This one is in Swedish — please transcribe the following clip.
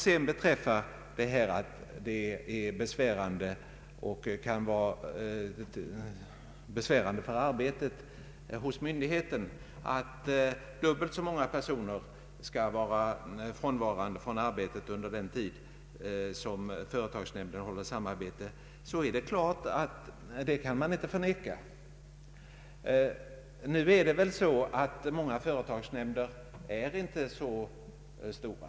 Det är klart att det kan vara besvärande för arbetet hos myndigheten att dubbelt så många personer är frånvarande från arbetet under den tid företagsnämnden sammanträder, det kan inte förnekas. Många företagsnämnder är dock inte så stora.